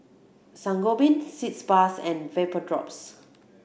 Sangobion Sitz Bath and Vapodrops